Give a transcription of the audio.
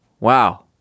Wow